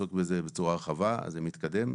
לעסוק בזה בצורה רחבה, אז זה מתקדם.